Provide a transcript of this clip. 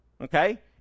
Okay